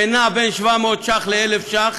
שנע בין 700 ש"ח ל-1,000 ש"ח